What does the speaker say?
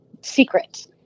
secret